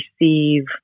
receive